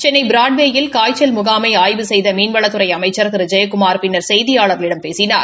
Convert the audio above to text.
Chennai Broadway யில் காய்ச்சல் முகாமை ஆய்வு செய்த மீன்வளத்துறை அமைச்சா் திரு ஜெயக்குமார் பின்னர் செய்தியாளர்களிடம் பேசினார்